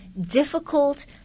difficult